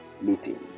meeting